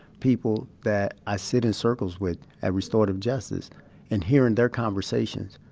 people that i sit in circles with at restorative justice and hearing their conversations,